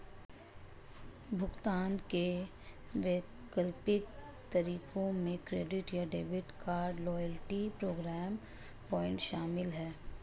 भुगतान के वैकल्पिक तरीकों में क्रेडिट या debit card, loyalty program point शामिल है